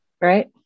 right